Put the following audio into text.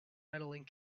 medaling